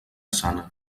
sana